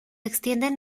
extienden